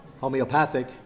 homeopathic